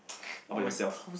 how about yourself